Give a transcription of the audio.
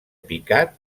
picat